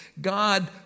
God